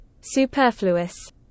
Superfluous